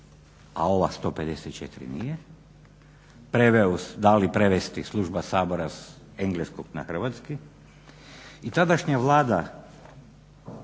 a ova 154. nije, dali prevesti služba Sabora s engleskog na hrvatski. I tadašnja vlada